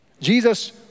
Jesus